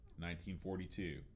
1942